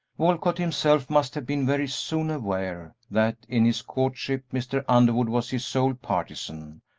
walcott himself must have been very soon aware that in his courtship mr. underwood was his sole partisan,